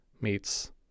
meets